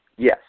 Yes